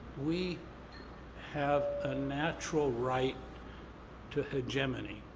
we have a natural right to hegemony,